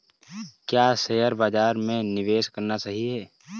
क्या शेयर बाज़ार में निवेश करना सही है?